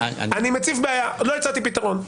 עוד לא הצעתי פתרון.